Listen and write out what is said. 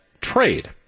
trade